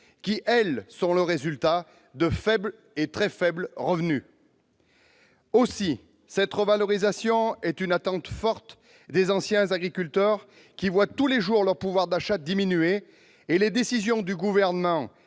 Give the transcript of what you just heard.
elle-même due à la faiblesse des revenus. Aussi, cette revalorisation est une attente forte des anciens agriculteurs, qui voient tous les jours leur pouvoir d'achat diminuer. Et les décisions du Gouvernement,